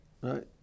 Right